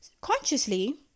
consciously